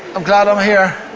i'm glad i'm here.